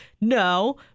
No